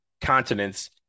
continents